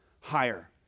higher